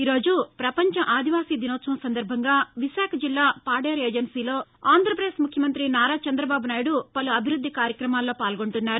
ఈరోజు ప్రపంచ ఆదివాసీ దినోత్పవం సందర్బంగా విశాఖ జిల్లా పాదేరు ఏజన్సీలో ఆంధ్రపదేశ్ ముఖ్యమంతి నారా చంద్రబాబు నాయుడు పలు అభివృద్ది కార్యక్రమాల్లో పాల్గొంటున్నారు